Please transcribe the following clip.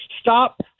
stop